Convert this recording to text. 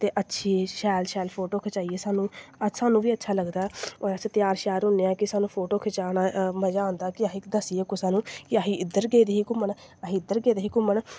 ते अच्छी शैल शैल फोटो खचाइयै सानूं सानूं बी अच्छा लगदा होर अस त्यार श्यार होन्ने आं कि सानूं फोटो खचाना मज़ा आंदा कि असें दस्सिये कुसै नू कि अस इद्धर गेदे ही घूमन असीं इद्धर गेदे हे घूमन